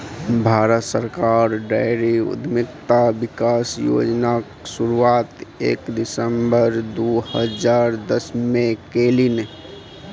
भारत सरकार डेयरी उद्यमिता विकास योजनाक शुरुआत एक सितंबर दू हजार दसमे केलनि